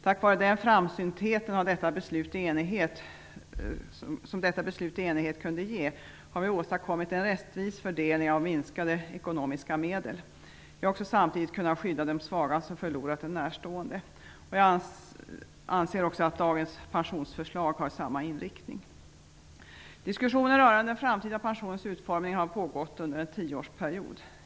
Tack vare den framsynthet som detta beslut i enighet kunde ge, har vi åstadkommit en rättvis fördelning av minskade ekonomiska medel. Vi har också samtidigt kunnat skydda de svaga som förlorat en närstående. Jag anser också att dagens pensionsförslag har samma inriktning. Diskussionen rörande den framtida pensionens utformning har pågått under en tioårsperiod.